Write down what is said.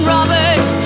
Robert